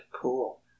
pool